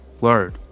Word